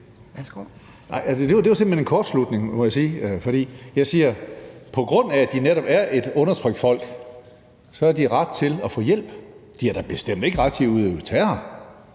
det var simpelt hen en kortslutning, må jeg sige, for jeg siger, at de, netop på grund af at de er et undertrykt folk, har ret til at få hjælp. De har da bestemt ikke ret til at udøve